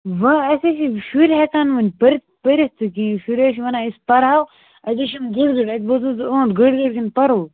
وۄنۍ اَسہِ حظ چھِ شُرۍ ہٮ۪کان وۄنۍ پٔرِتھ پٔرِتھ تہِ کِہیٖنۍ شُرۍ حظ چھِ ونان أسۍ پَرہو اَتے چھِ یِم گٔڑ گٔڑ اَتہِ بوزو یِہُنٛد گٔڑ گٔڑ کِنہٕ پرو